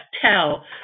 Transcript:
tell